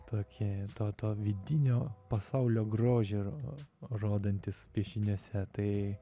tokia to vidinio pasaulio grožį ro rodantis piešiniuose tai